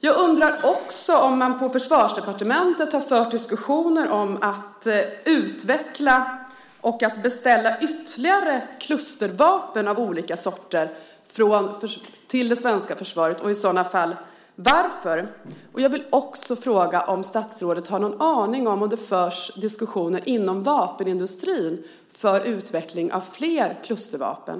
Jag undrar också om man på Försvarsdepartementet har fört diskussioner om att utveckla och beställa ytterligare klustervapen av olika slag till det svenska försvaret och i så fall varför. Jag vill dessutom fråga om statsrådet har någon aning om ifall det förs diskussioner inom vapenindustrin för utveckling av flera klustervapen.